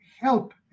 help